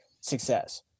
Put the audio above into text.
success